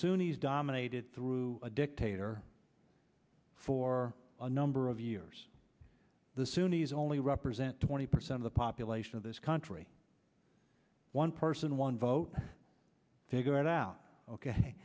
sunni's dominated through a dictator for a number of years the sunni's only represent twenty percent of the population of this country one person one vote figure out ok